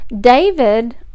david